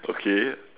okay